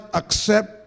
accept